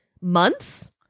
months